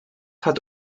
hat